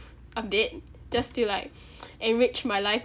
a bit just to like enrich my life